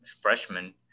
freshman